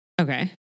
Okay